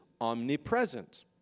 omnipresent